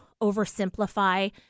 oversimplify